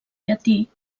llatí